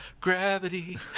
gravity